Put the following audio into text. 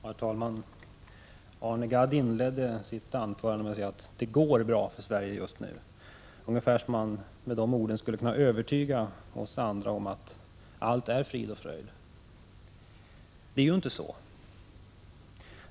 Herr talman! Arne Gadd inledde sitt anförande med att säga att det går bra för Sverige just nu — ungefär som om han med de orden skulle kunna övertyga oss andra om att allt är frid och fröjd. Det är inte så.